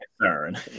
concern